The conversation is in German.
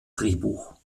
drehbuch